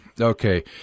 Okay